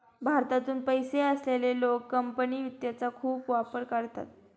भारतातून पैसे असलेले लोक कंपनी वित्तचा खूप वापर करतात